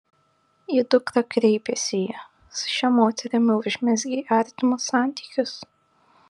į dukrą kreipėsi ji su šia moterimi užmezgei artimus santykius